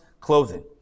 clothing